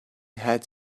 had